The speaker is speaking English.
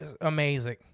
amazing